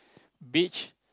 beach